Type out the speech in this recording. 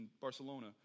Barcelona